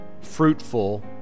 fruitful